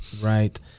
Right